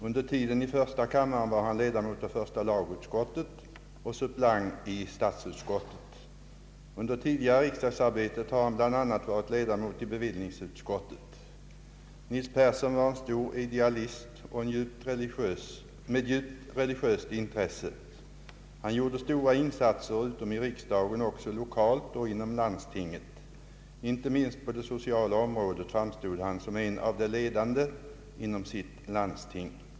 Under tiden i första kammaren var han ledamot av första lagutskottet och suppleant i statsutskottet. Under tidigare riksdagsarbete har han bland annat varit ledamot i bevillningsutskottet. Nils Persson var en stor idealist med ett djupt religiöst intresse. Han gjorde stora insatser förutom i riksdagen också lokalt och inom landstinget. Inte minst på det sociala området framstod han som en av de ledande inom sitt landsting.